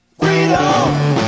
Freedom